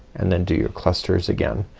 and then do your clusters again.